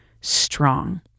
strong